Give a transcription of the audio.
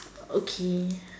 okay